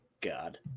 God